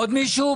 עוד מישהו?